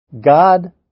God